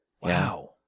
Wow